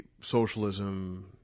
socialism